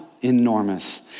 enormous